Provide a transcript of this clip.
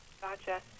Gotcha